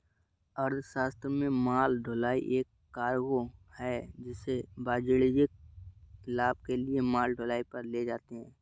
अर्थशास्त्र में माल ढुलाई एक कार्गो है जिसे वाणिज्यिक लाभ के लिए माल ढुलाई पर ले जाते है